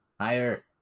Higher